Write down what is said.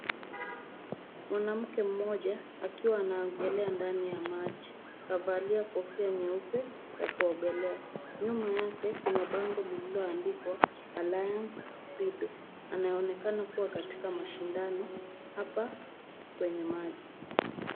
Mwanamke mmoja akiwa anaogelea ndani ya maji kavalia kofia nyeupe ya kuogelea, nyuma yake kuna bango liloandikwa alliance speed anayeonekana kuwa katika mashindano hapa kwenye maji.